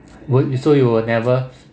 would you so you will never